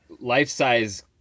life-size